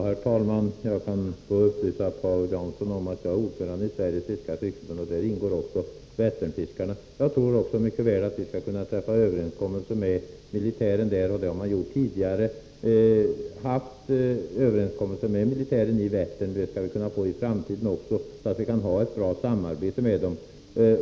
Herr talman! Jag kan då upplysa Paul Jansson om att jag är ordförande i Sveriges fiskares riksförbund, och där ingår också Vätternfiskarna. Jag tror mycket väl att vi kan träffa överenskommelser med militären. Vi har tidigare haft överenskommelse med militären när det gäller Vättern, och det skall vi kunna få i framtiden också, så att vi kan ha ett bra samarbete.